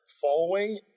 following